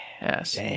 Yes